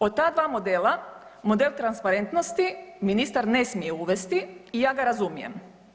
Od ta dva modela, model transparentnosti ministar ne smije uvesti i ja ga razumijem.